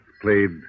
played